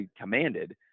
commanded